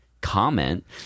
comment